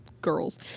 Girls